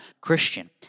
Christian